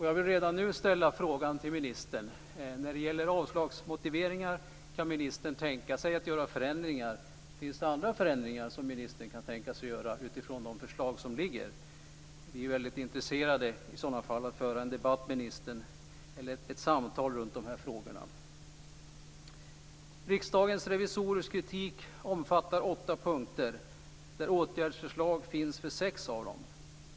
Jag vill redan nu ställa en fråga till ministern. När det gäller avslagsmotiveringar kan ministern tänka sig att göra förändringar. Finns det andra förändringar som ministern kan tänka sig att göra utifrån de förslag som ligger? Vi är i sådana fall väldigt intresserade av att föra ett samtal med ministern runt de här frågorna. Riksdagens revisorers kritik omfattar åtta punkter. Åtgärdsförslag finns för sex av dem.